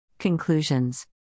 Conclusions